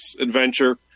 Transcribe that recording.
adventure